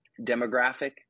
demographic